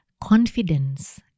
confidence